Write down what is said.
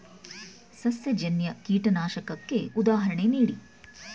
ಸಸ್ಯಜನ್ಯ ಕೀಟನಾಶಕಕ್ಕೆ ಉದಾಹರಣೆ ನೀಡಿ?